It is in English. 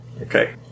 Okay